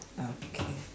okay